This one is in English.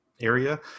area